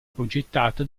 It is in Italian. progettato